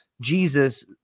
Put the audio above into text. Jesus